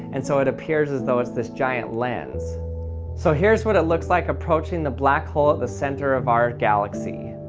and so it appears as though as this giant lens so here is what it looks like approaching the black hole at the centre of our galaxy.